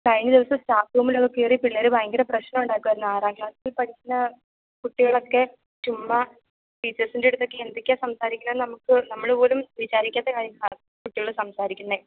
കഴിഞ്ഞ ദിവസം സ്റ്റാഫ് റൂമിലൊക്കെ കയറി പിള്ളേർ ഭയങ്കര പ്രശ്നം ഉണ്ടാക്കുകയായിരുന്നു ആറാം ക്ലാസ്സില് പഠിക്കുന്ന കുട്ടികളൊക്കെ ചുമ്മാ ടീച്ചേസിന്റെ അടുത്തൊക്കെ എന്തൊക്കെയാ സംസാരിക്കുന്നത് എന്ന് നമുക്ക് നമ്മൾ പോലും വിചാരിക്കാത്ത കാര്യങ്ങളാണ് കുട്ടികൾ സംസാരിക്കുന്നത്